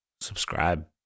subscribe